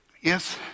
yes